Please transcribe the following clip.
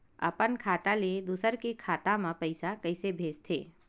अपन खाता ले दुसर के खाता मा पईसा कइसे भेजथे?